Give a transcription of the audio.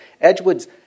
Edgewood's